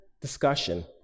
discussion